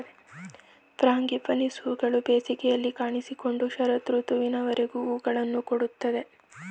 frangipanis ಹೂಗಳು ಬೇಸಿಗೆಯಲ್ಲಿ ಕಾಣಿಸಿಕೊಂಡು ಶರತ್ ಋತುವಿನವರೆಗೂ ಹೂಗಳನ್ನು ಕೊಡುತ್ತದೆ